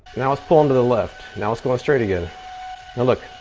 now it's pulling to the left. now it's going straight again. now look.